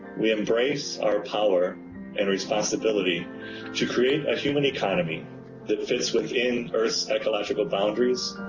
we embrace our power and responsibility to create a human economy that fits within earth s ecological boundaries,